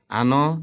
ano